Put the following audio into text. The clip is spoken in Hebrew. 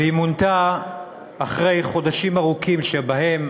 והיא מונתה אחרי חודשים ארוכים שבהם